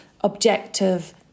objective